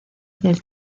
del